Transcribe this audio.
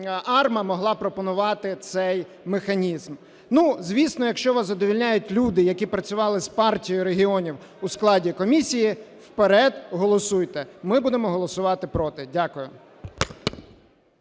АРМА могло пропонувати цей механізм. Ну, звісно, якщо вас задовольняють люди, які працювали з Партією регіонів у складі комісії, – вперед, голосуйте. Ми будемо голосувати "проти". Дякую.